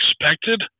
expected